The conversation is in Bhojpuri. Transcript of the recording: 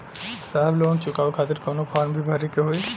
साहब लोन चुकावे खातिर कवनो फार्म भी भरे के होइ?